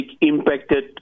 impacted